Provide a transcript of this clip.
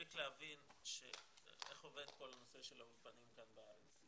צריך להבין איך עובד כל הנושא של האולפנים כאן בארץ.